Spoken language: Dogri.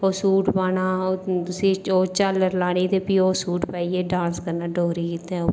ओह् सूट पाना ते ओह् झाल्लर पानी ते प्ही ओह् डांस करना सूट पाइयै रीत ऐ ओह्